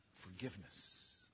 forgiveness